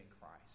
Christ